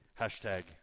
Hashtag